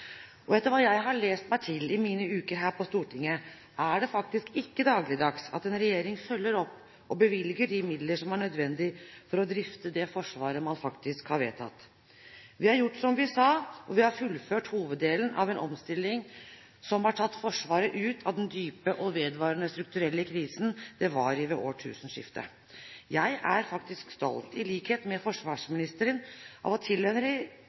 Etter hva jeg har lest meg til i mine uker her på Stortinget, er det faktisk ikke dagligdags at en regjering følger opp og bevilger de midler som er nødvendig for å drifte det forsvaret man faktisk har vedtatt. Vi har gjort som vi sa, og vi har fullført hoveddelen av en omstilling som har tatt Forsvaret ut av den dype og vedvarende strukturelle krisen det var i ved årtusenskiftet. Jeg er faktisk stolt av, i likhet med forsvarsministeren, å tilhøre en regjering som leverer og å